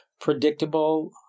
predictable